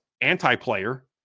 anti-player